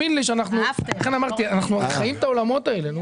אנחנו חיים את העולמות האלה.